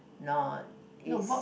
not is